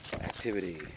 activity